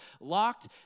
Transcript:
locked